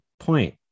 point